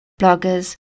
bloggers